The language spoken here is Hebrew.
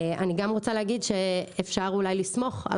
אני גם רוצה להגיד שאפשר אולי לסמוך על